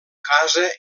casa